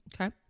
okay